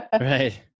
Right